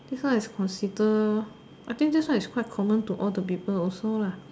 this one is consider I think this one is quite common to all the people also